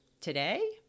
today